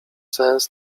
sens